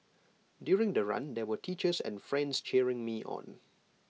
during the run there were teachers and friends cheering me on